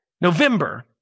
November